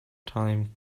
time